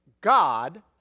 God